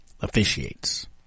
officiates